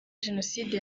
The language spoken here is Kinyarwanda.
jenoside